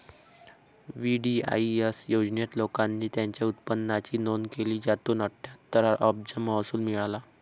VDIS योजनेत, लोकांनी त्यांच्या उत्पन्नाची नोंद केली, ज्यातून अठ्ठ्याहत्तर अब्ज महसूल मिळाला